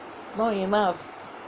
no enough